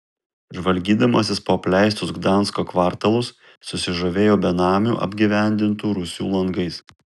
žvalgydamasis po apleistus gdansko kvartalus susižavėjau benamių apgyvendintų rūsių langais